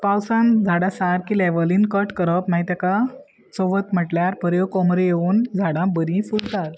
पावसान झाडां सारकी लेवलीन कट करप मागीर ताका चवथ म्हटल्यार बऱ्यो कोमरो येवन झाडां बरी फुलतात